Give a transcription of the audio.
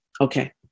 Okay